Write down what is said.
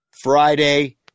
Friday